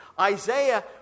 Isaiah